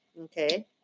Okay